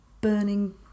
burning